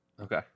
Okay